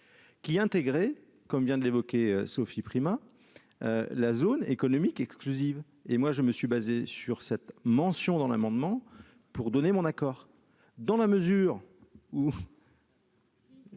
qui intégré comme vient de l'évoquer, Sophie Primas la zone économique exclusive, et moi je me suis basé sur cette mention dans l'amendement pour donner mon accord dans la mesure où.